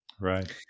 Right